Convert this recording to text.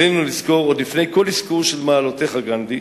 עלינו לזכור, עוד לפני כל אזכור של מעלותיך, גנדי,